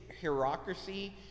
hierarchy